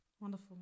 Wonderful